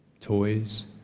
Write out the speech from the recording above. toys